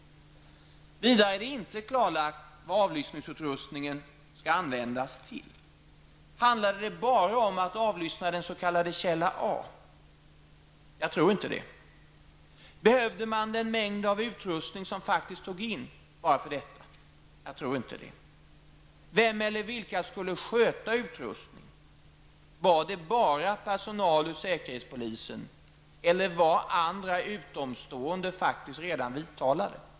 Vidare är det inte klarlagt vad avlyssningsutrustningen egentligen skulle användas till. Handlade det bara om att avlyssna den s.k. källa A? Jag tror inte det. Behövde man den mängd utrustning som togs in bara för detta? Jag tror inte det. Vem eller vilka skulle sköta utrustningen? Var det bara personal ur säkerhetspolisen? Eller var andra, utomstående, redan vidtalade?